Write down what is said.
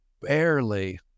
barely